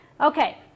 Okay